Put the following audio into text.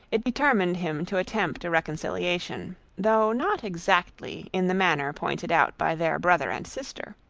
it determined him to attempt a reconciliation, though not exactly in the manner pointed out by their brother and sister.